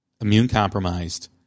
immune-compromised